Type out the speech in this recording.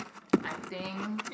I think